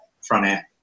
front-end